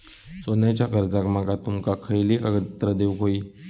सोन्याच्या कर्जाक माका तुमका खयली कागदपत्रा देऊक व्हयी?